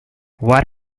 what